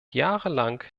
jahrelang